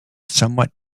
somewhat